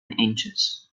inches